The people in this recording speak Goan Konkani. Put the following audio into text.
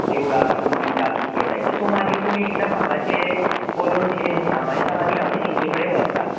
देवळाक आपूण दिता कितके जाय ते सो मागीर म्हाका एकदां म्हाका तें बरोवन दिले न्हू सामान काय मागीर हांव ते तेंचे कडेन व्हरता